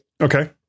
Okay